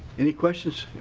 any questions?